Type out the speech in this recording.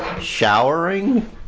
Showering